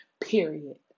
Period